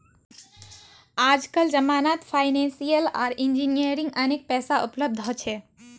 आजकल जमानत फाइनेंसियल आर इंजीनियरिंग अनेक पैसा उपलब्ध हो छे